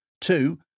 two